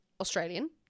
Australian